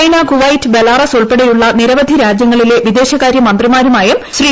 China Kuwait Belarus ഉൾപ്പെടെയുള്ള നിരവധി രാജ്യങ്ങളിലെ വിദേശകാരൃമന്ത്രിമാരുമായും ശ്രീ